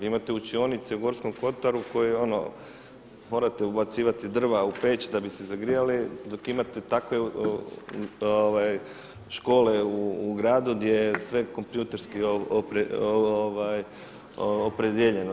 Imate učionice u Gorskom Kotaru koje morate ubacivati drva u peć da bi se zagrijali, dok imate takve škole u gradu gdje je sve kompjuterski opredijeljeno.